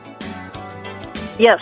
Yes